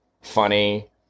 funny